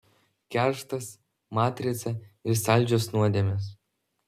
kerštas matrica ir saldžios nuodėmės